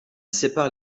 sépare